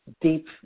deep